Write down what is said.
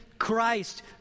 Christ